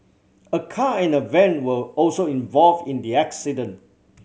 a car and a van were also involved in the accident